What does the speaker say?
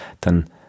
dann